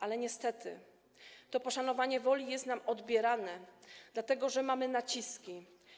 Ale niestety to poszanowanie woli jest nam odbierane, dlatego że są naciski.